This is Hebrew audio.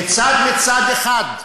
כיצד, מצד אחד,